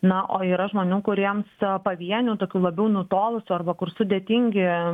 na o yra žmonių kuriems pavienių tokių labiau nutolusių arba kur sudėtingi